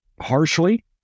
harshly